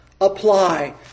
apply